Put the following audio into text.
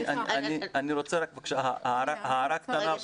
אני רוצה הערה קטנה.